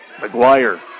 McGuire